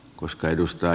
koska edustaa